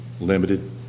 limited